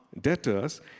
debtors